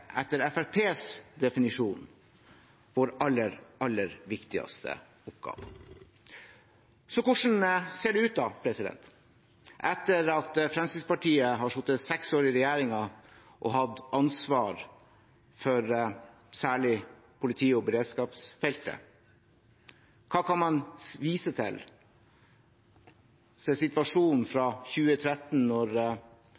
etter Fremskrittspartiets definisjon vår aller, aller viktigste oppgave. Så hvordan ser det ut da etter at Fremskrittspartiet har sittet seks år i regjering og hatt ansvar for særlig politi- og beredskapsfeltet? Hva kan man vise til